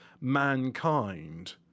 mankind